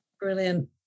brilliant